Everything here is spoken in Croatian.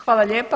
Hvala lijepa.